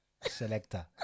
Selector